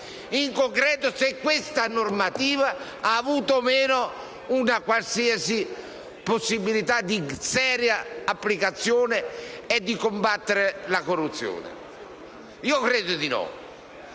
in concreto se questa normativa ha avuto o no una qualsiasi possibilità di seria applicazione nel combattere la corruzione. Io credo di no.